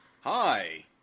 Hi